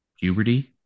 puberty